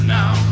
now